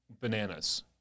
bananas